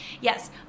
yes